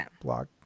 block